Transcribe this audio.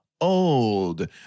old